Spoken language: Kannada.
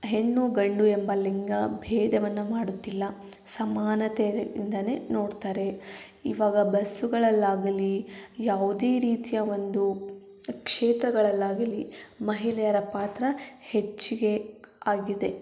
ಹೆಣ್ಣು ಗಂಡು ಎಂಬ ಲಿಂಗಭೇದವನ್ನು ಮಾಡುತ್ತಿಲ್ಲ ಸಮಾನತೆಯಿಂದನೇ ನೋಡ್ತಾರೆ ಇವಾಗ ಬಸ್ಸುಗಳಲ್ಲಾಗಲಿ ಯಾವುದೇ ರೀತಿಯ ಒಂದು ಕ್ಷೇತ್ರಗಳಲ್ಲಾಗಲಿ ಮಹಿಳೆಯರ ಪಾತ್ರ ಹೆಚ್ಚಿಗೆ ಆಗಿದೆ